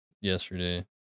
yesterday